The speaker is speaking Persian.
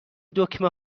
دکمه